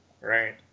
Right